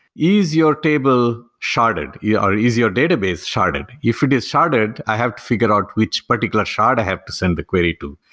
is your table sharded? is your database sharded? if it is sharded, i have to figure out which particular shard i have to send the query to.